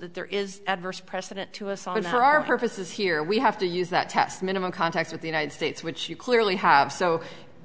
that there is adverse precedent to us all in her our purposes here we have to use that test minimal contact with the united states which you clearly have so